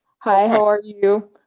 ah how are you?